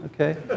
Okay